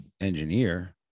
engineer